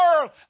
world